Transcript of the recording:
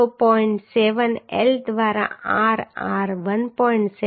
7 L દ્વારા r r 1